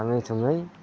थाङै थुङै